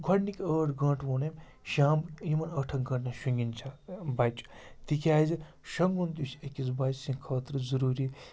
گۄڈٕنِکۍ ٲٹھ گٲنٛٹہٕ ووٚن أمۍ شام یِمَن ٲٹھَن گٲنٛٹَن شۄنٛگِنۍ چھےٚ بَچہِ تِکیٛازِ شۄنٛگُن تہِ چھُ أکِس بَچہِ سٕنٛدِ خٲطرٕ ضٔروٗری